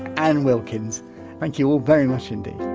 anne wilkins thank you all very much indeed